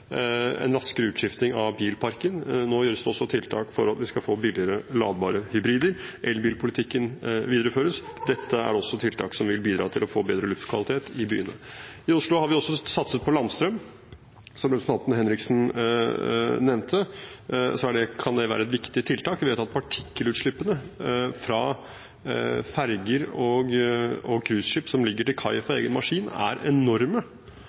raskere utskifting av bilparken. Nå settes det også i verk tiltak for at vi skal få billigere, ladbare hybrider, og elbilpolitikken videreføres – dette er også tiltak som vil bidra til å få bedre luftkvalitet i byene. I Oslo har vi også satset på landstrøm. Som representanten Henriksen nevnte, kan det være et viktig tiltak. Vi vet at partikkelutslippene fra ferger og cruiseskip, som ligger til kai for egen maskin, er enorme